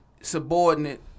subordinate